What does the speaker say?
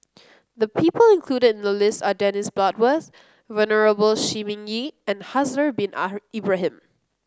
the people included in the list are Dennis Bloodworth Venerable Shi Ming Yi and Haslir Bin Ibrahim